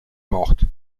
mord